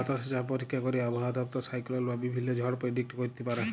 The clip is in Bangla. বাতাসে চাপ পরীক্ষা ক্যইরে আবহাওয়া দপ্তর সাইক্লল বা বিভিল্ল্য ঝড় পের্ডিক্ট ক্যইরতে পারে